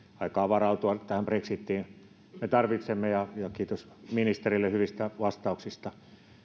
aikaa varautua brexitiin ja ja kiitos ministerille hyvistä vastauksista